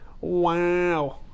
Wow